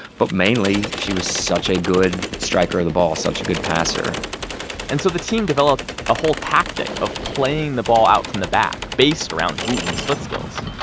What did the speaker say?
but mainly, she was such a good striker of the ball, such a good passer and so the team developed a whole tactic of playing the ball out from the back based around wootten's foot skills.